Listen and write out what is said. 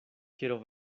quiero